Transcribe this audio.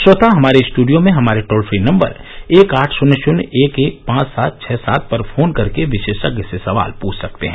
श्रोता स्टडियो में हमारे टोल फ्री नम्बर एक आठ शन्य शन्य एक एक पांच सात छ सात पर फोन करके विशेषज्ञ से सवाल पूछ सकते हैं